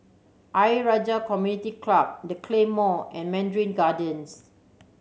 Ayer Rajah Community Club The Claymore and Mandarin Gardens